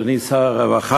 אדוני שר הרווחה